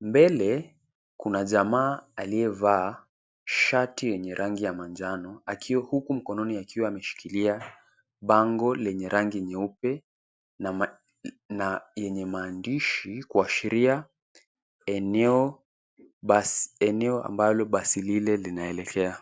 Mbele kuna jamaa aliyevaa shati yenye rangi ya manjano, huku mkononi akiwa ameshikilia bango lenye rangi nyeupe na yenye maandishi kuashiria eneo ambalo basi lile linaelekea.